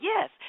yes